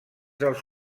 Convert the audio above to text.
dels